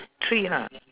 three lah